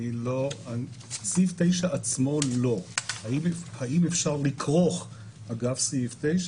אני רק אומרת שזה לא לחלוטין יפתור את הבעיה.